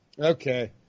Okay